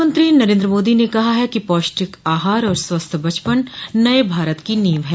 प्रधानमंत्री नरेन्द्र मोदी ने कहा है कि पौष्टिक आहार और स्वस्थ बचपन नये भारत की नींव है